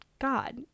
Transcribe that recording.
God